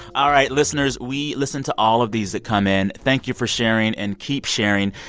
all right, listeners, we listen to all of these that come in. thank you for sharing, and keep sharing.